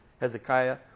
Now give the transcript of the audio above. Hezekiah